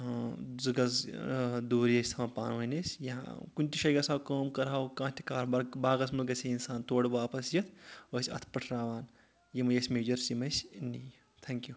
زٕ گَز دوٗرِی ٲسۍ تھاوان پانہٕ ؤنۍ أسۍ یا کُنہِ تہِ جایہِ گژھَو کٲم کَرٕ ہاو کانٛہہ تہِ کار بار باغَس منٛز گژھِ ہے اِنسان تورٕ واپَس یِتھ ٲسۍ اَتھ پؠٹھراوان یِمٕے ٲسۍ مَیجٲرٕس یِم أسۍ نِی تھینکِیوٗ